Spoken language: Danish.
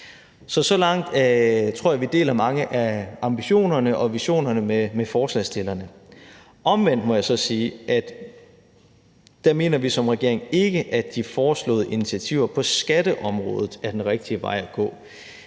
Så langt tror jeg vi deler mange af ambitionerne og visionerne med forslagsstillerne. Omvendt må jeg så sige, at vi som regering ikke mener, at de foreslåede initiativer på skatteområdet er den rigtige vej at gå.